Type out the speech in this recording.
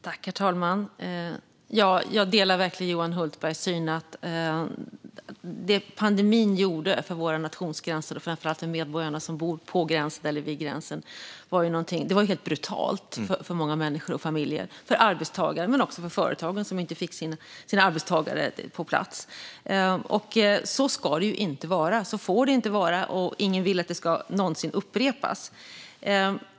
Herr talman! Jag delar verkligen Johan Hultbergs syn på det här. Det pandemin gjorde för våra nationsgränser, och framför allt för medborgarna som bor vid gränsen, var helt brutalt för många människor, familjer och arbetstagare men också för de företag som inte fick sina arbetstagare på plats. Så ska det ju inte vara. Så får det inte vara, och ingen vill att det någonsin ska upprepas.